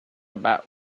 about